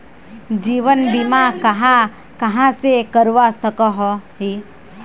जीवन बीमा कहाँ कहाँ से करवा सकोहो ही?